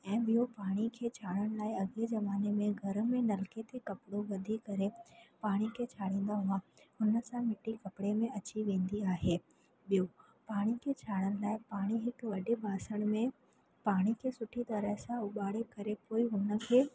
ऐं ॿियों पाणी खे छाणण लाइ अॻे ज़माने में घर में नलके ते कपिड़ो ॿधी करे पाणी खे छणींदा हुआ हुन सां मिट्टी कपिड़े में अची वेंदी आहे ॿियों पाणी खे छाणण लाइ पाणी हिकु वॾे ॿासण में पाणी खे सुठी तरह सां उबारे करे पोएं उन खे